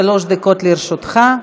שלוש דקות לרשותך.